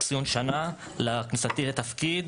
עם ציון שנה לכניסתי לתפקיד,